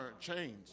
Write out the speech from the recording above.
change